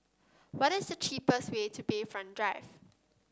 what is the cheapest way to Bayfront Drive